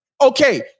Okay